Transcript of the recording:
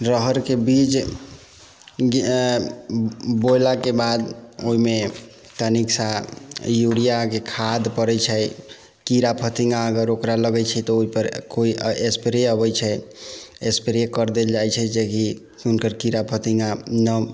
रहरके बीज बोयलाके बाद ओहिमे तनिक सा यूरियाके खाद पड़ैत छै कीड़ा फतिङ्गा अगर ओकरा लगैत छै तऽ ओहि पर कोइ स्प्रे अबैत छै स्प्रे कर देल जाइत छै जेकि हुनकर कीड़ा फतिङ्गा ने